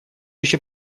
еще